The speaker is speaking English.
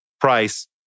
price